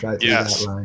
Yes